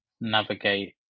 navigate